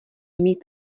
mít